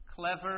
Clever